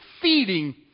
feeding